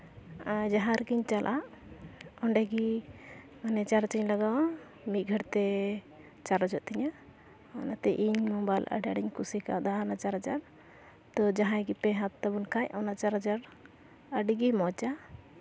ᱟᱨ ᱡᱟᱦᱟᱸ ᱨᱮᱜᱤᱧ ᱪᱟᱞᱟᱜᱼᱟ ᱚᱸᱰᱮᱜᱮ ᱪᱟᱨᱡᱽ ᱤᱧ ᱞᱟᱜᱟᱣᱟ ᱢᱤᱫ ᱜᱷᱟᱹᱲᱤᱡᱛᱮ ᱪᱟᱨᱡᱚᱜ ᱛᱤᱧᱟᱹ ᱚᱱᱟᱛᱮ ᱤᱧ ᱢᱳᱵᱟᱭᱤᱞ ᱟᱹᱰᱤ ᱟᱹᱰᱤᱧ ᱠᱩᱥᱤ ᱠᱟᱣᱫᱟ ᱚᱱᱟ ᱪᱟᱨᱡᱟᱨ ᱛᱳ ᱡᱟᱦᱟᱸᱭ ᱜᱮᱯᱮ ᱦᱟᱛᱟᱣ ᱛᱟᱵᱚᱱ ᱠᱷᱟᱡ ᱚᱱᱟ ᱪᱟᱨᱡᱟᱨ ᱟᱹᱰᱤᱜᱮ ᱢᱚᱡᱽᱼᱟ